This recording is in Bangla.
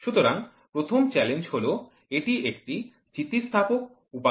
সুতরাং প্রথম চ্যালেঞ্জ হল এটি একটি স্থিতিস্থাপক উপাদান